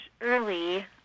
early